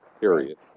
period